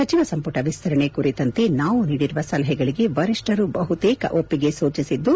ಸಚಿವ ಸಂಪುಟ ವಿಸ್ತರಣೆ ಕುರಿತಂತೆ ನಾವು ನೀಡಿರುವ ಸಲಹೆಗಳಿಗೆ ವರಿಷ್ಠರು ಬಹುತೇಕ ಒಪ್ಪಿಗೆ ಸೂಚಿಸಿದ್ದು